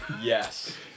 Yes